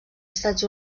estats